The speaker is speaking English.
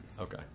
okay